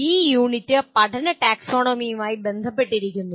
ഈ യൂണിറ്റ് പഠന ടാക്സോണമിയുമായി ബന്ധപ്പെട്ടിരിക്കുന്നു